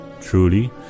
Truly